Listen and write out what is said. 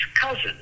cousin